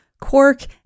quark